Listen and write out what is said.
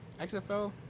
XFL